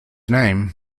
name